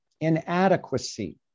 inadequacy